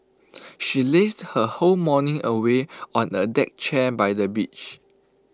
she lazed her whole morning away on A deck chair by the beach